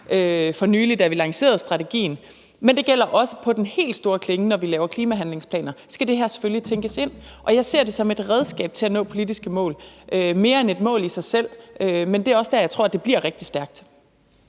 for nylig, da vi lancerede strategien. Men det gælder også i forhold til den helt store klinge, når vi laver de klimahandlingsplaner, for så skal det her selvfølgelig tænkes ind. Jeg ser det som et redskab til at nå politiske mål snarere end et mål i sig selv, men det er også der, jeg tror, det bliver rigtig stærkt.